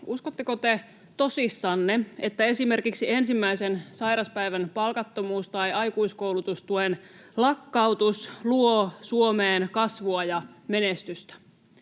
Uskotteko te tosissanne, että esimerkiksi ensimmäisen sairaspäivän palkattomuus tai aikuiskoulutustuen lakkautus luo Suomeen kasvua ja menestystä?